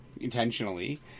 intentionally